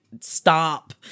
stop